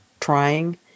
trying